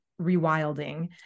rewilding